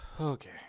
okay